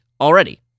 already